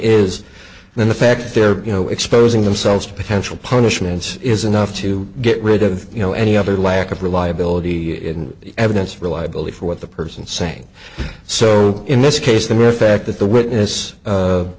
is then the fact that they're you know exposing themselves to potential punishments is enough to get rid of you know any other lack of reliability in evidence reliability for what the person saying so in this case the mere fact that the witness